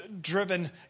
driven